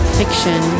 fiction